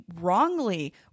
wrongly